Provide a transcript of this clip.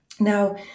Now